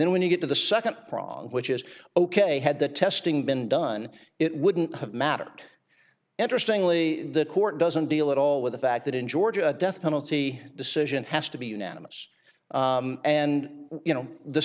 then when you get to the second prong which is ok had the testing been done it wouldn't have mattered interestingly the court doesn't deal at all with the fact that in georgia a death penalty decision has to be unanimous and you know the